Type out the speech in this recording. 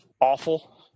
awful